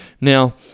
Now